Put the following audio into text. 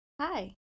hi